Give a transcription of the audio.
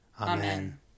Amen